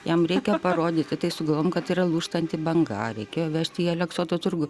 jam reikia parodyti tai sugalvojom kad yra lūžtanti banga reikėjo vežti į aleksoto turgų